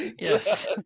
yes